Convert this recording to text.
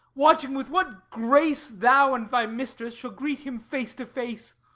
watching with what grace thou and thy mistress shall greet him face to face!